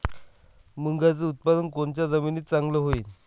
मुंगाचं उत्पादन कोनच्या जमीनीत चांगलं होईन?